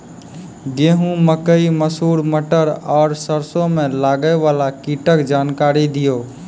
गेहूँ, मकई, मसूर, मटर आर सरसों मे लागै वाला कीटक जानकरी दियो?